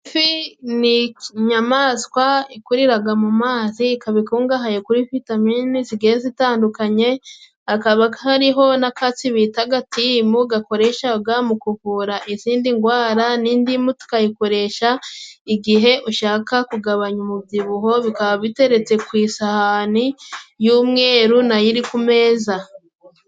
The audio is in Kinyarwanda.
Ifi ni inyamaswa ikuriraga mu mazi ikaba ikungahaye kuri vitamini zigiye zitandukanye akaba kariho n'akatsi bitaga timu gakoreshaga mu kuvura izindi ngwara n'indimu tukayikoresha igihe ushaka kugabanya umubyibuho bikaba biteretse ku isahani y'umweru nayo iri ku meza